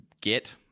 get